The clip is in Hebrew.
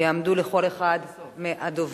יעמדו לרשות כל אחד מהדוברים.